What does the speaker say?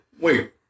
Wait